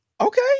Okay